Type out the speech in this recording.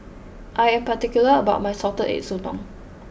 I am particular about my Salted Egg Sotong